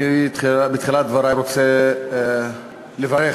בתחילת דברי אני רוצה לברך